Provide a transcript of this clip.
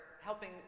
helping